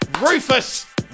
Rufus